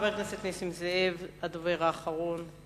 חבר הכנסת נסים זאב, הדובר האחרון.